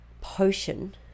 potion